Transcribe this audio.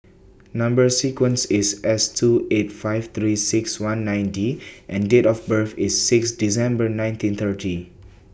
Number sequence IS S two eight five three six one nine D and Date of birth IS six December nineteen thirty